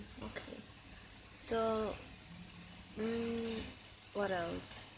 okay so mm what else